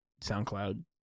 SoundCloud